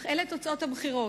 אך אלה תוצאות הבחירות,